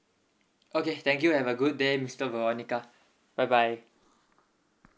okay thank you have a good day mister veronica bye bye